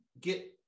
get